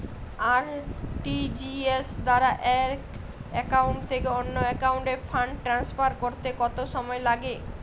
RTGS দ্বারা এক account থেকে অন্য একাউন্টে ফান্ড ট্রান্সফার করতে কত সময় লাগে?